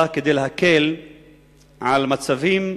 היא באה כדי להקל על מצבים,